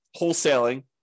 wholesaling